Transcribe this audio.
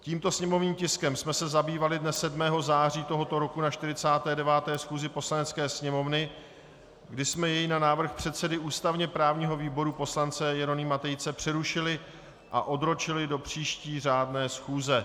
Tímto sněmovním tiskem jsme se zabývali dne 7. září tohoto roku na 49. schůzi Poslanecké sněmovny, kdy jsme jej na návrh předsedy ústavněprávního výboru poslance Jeronýma Tejce přerušili a odročili do příští řádné schůze.